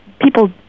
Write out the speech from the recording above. people